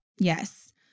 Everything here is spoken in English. Yes